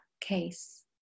case